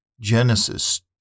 Genesis